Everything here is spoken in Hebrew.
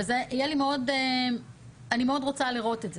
אני מאוד רוצה לראות את זה.